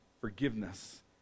forgiveness